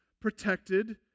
protected